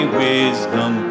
wisdom